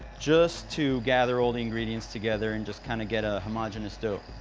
just to gather all the ingredients together and just kind of get a homogenous dough.